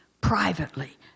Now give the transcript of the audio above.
privately